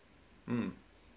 um